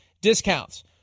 discounts